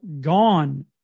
gone